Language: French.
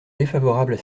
défavorables